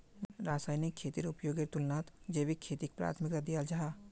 रासायनिक खेतीर उपयोगेर तुलनात जैविक खेतीक प्राथमिकता दियाल जाहा